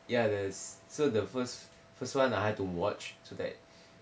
ya the so the first first one I have to watch so that